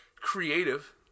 creative